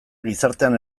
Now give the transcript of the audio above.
gizartean